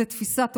זו תפיסת עולם.